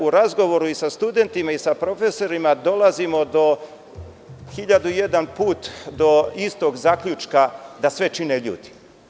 U razgovoru i sa studentima i sa profesorima dolazimo 1001 put do istog zaključka, da sve čine ljudi.